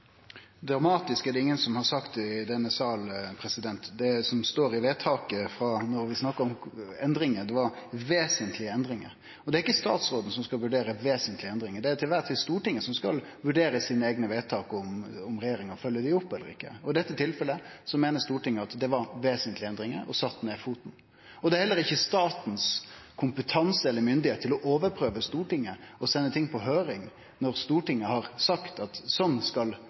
er det ingen som har sagt i denne salen. Det som står i vedtaket – når vi snakkar om endringar – er vesentlege endringar. Det er ikkje statsråden som skal vurdere vesentlege endringar. Det er til kvar tid Stortinget som skal vurdere sine eigne vedtak og om regjeringa følgjer dei opp eller ikkje. I dette tilfellet meiner Stortinget at det var vesentlege endringar og sette ned foten. Statsråden har heller ikkje kompetanse eller myndigheit til å overprøve Stortinget og sende ting på høyring når Stortinget har sagt at der skal